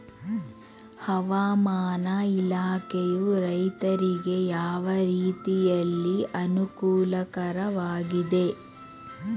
ಹವಾಮಾನ ಇಲಾಖೆಯು ರೈತರಿಗೆ ಯಾವ ರೀತಿಯಲ್ಲಿ ಅನುಕೂಲಕರವಾಗಿದೆ?